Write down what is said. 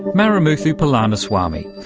marimuthu palaniswami,